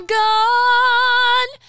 gone